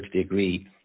agree